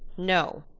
no,